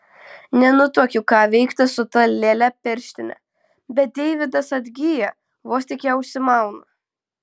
nenutuokiu ką veikti su ta lėle pirštine bet deividas atgyja vos tik ją užsimaunu